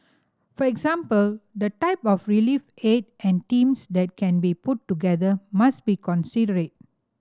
for example the type of relief aid and teams that can be put together must be considered